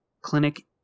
Clinic